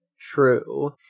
True